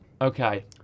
Okay